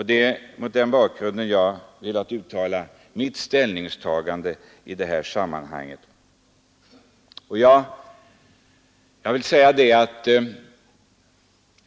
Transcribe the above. Det är mot den bakgrunden jag har gjort mitt ställningsstagande.